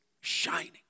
shining